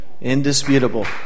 indisputable